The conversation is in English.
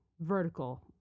vertical